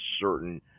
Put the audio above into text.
certain